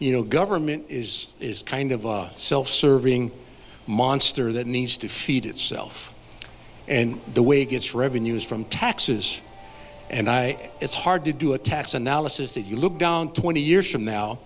you know government is kind of a self serving monster that needs to feed itself and the way gets revenues from taxes and i it's hard to do a tax analysis that you look down twenty years from now